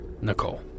Nicole